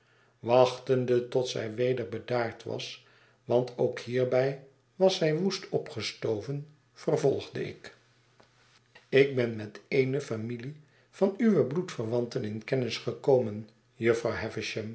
wachtende tot zij weder bedaard was want ook hierbij was zij woest opgestoven vervolgde ik ik ben met ene familie van uwe bloedverwanten in kennis gekomen